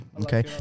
Okay